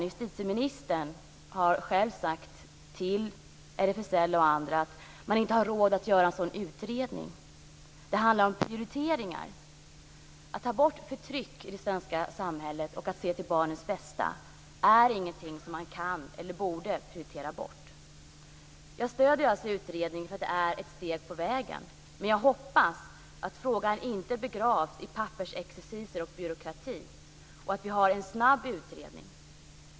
Justitieministern har själv sagt till RFSL och andra att man inte har råd att göra en sådan utredning. Det handlar om prioriteringar. Att ta bort förtryck i det svenska samhället och att se till barnens bästa är ingenting som man kan eller borde prioritera bort. Jag stöder alltså tillsättandet av en utredning, eftersom det är ett steg på vägen. Men jag hoppas att frågan inte begravs i pappersexerciser och byråkrati och att utredningen sker snabbt.